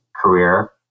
career